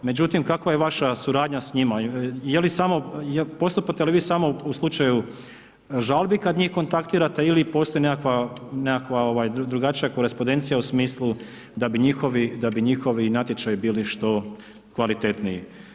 Međutim, kako je vaša suradnja s njima, je li samo postupate li vi samo u slučaju žalbi kad njih kontaktirate ili postoji nekakva drugačija korespondencija u smislu da bi njihovi natječaji bili što kvalitetniji?